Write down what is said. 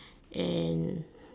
and